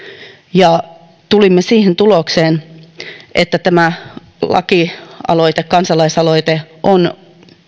ja tulimme siihen tulokseen että tämä lakialoite kansalaisaloite on